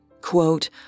Quote